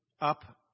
up